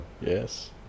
Yes